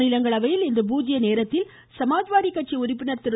மாநிலங்களவையில் இன்று பூஜ்ஜிய நேரத்தில் சமாஜ்வாடி கட்சி உறுப்பினர் திரு